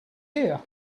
here